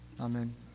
Amen